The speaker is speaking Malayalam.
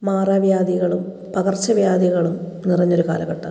മാറാ വ്യാധികളും പകർച്ച വ്യാധികളും നിറഞ്ഞൊരു കാലഘട്ടം